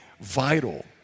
vital